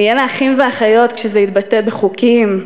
"נהיה לאחים ואחיות" כזה יתבטא בחוקים,